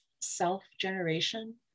self-generation